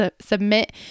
submit